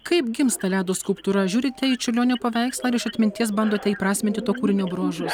kaip gimsta ledo skulptūra žiūrite į čiurlionio paveikslą ar iš atminties bandote įprasminti to kūrinio bruožus